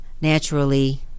naturally